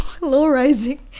low-rising